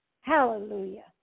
hallelujah